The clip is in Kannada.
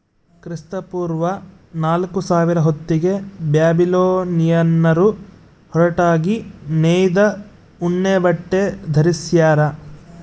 ಕ್ರಿಸ್ತಪೂರ್ವ ನಾಲ್ಕುಸಾವಿರ ಹೊತ್ತಿಗೆ ಬ್ಯಾಬಿಲೋನಿಯನ್ನರು ಹೊರಟಾಗಿ ನೇಯ್ದ ಉಣ್ಣೆಬಟ್ಟೆ ಧರಿಸ್ಯಾರ